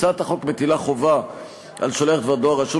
הצעת החוק מטילה חובה על שולח דבר דואר רשום